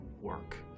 work